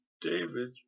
David